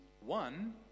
one